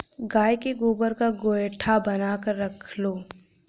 गाय के गोबर का गोएठा बनाकर रख लो